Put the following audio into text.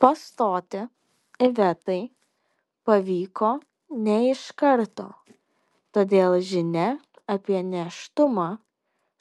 pastoti ivetai pavyko ne iš karto todėl žinia apie nėštumą